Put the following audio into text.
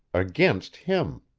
against him.